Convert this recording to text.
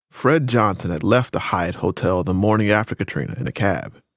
fred johnson had left the hyatt hotel the morning after katrina in a cab.